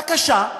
בבקשה,